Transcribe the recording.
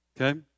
Okay